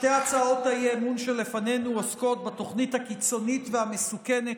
שתי הצעות האי-אמון שלפנינו עוסקות בתוכנית הקיצונית והמסוכנת